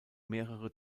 mehrere